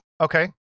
Okay